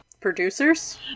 Producers